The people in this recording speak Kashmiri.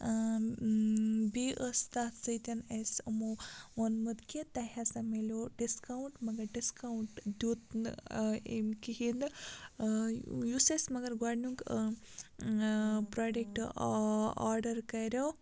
بیٚیہِ ٲس تَتھ سۭتۍ اَسہِ یِمو ووٚنمُت کہِ تۄہہِ ہَسا مِلیو ڈِسکاوُنٛٹ مگر ڈِسکاوُنٛٹ دیُت نہٕ أمۍ کِہیٖنۍ نہٕ یُس اَسہِ مگر گۄڈنیُک پرٛوڈَکٹ آ آرڈَر کَریو